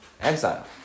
exile